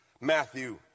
Matthew